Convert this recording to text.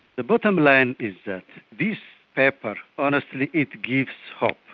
the bottom line is that this paper, honestly, it gives hope.